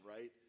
right